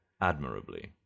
admirably